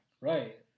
Right